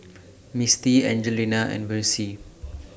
Misty Angelina and Versie